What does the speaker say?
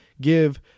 give